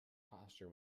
posture